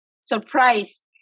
surprise